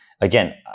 again